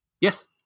Yes